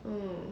mm